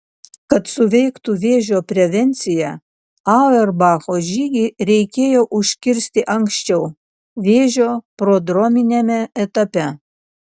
kad suveiktų vėžio prevencija auerbacho žygį reikėjo užkirsti anksčiau vėžio prodrominiame etape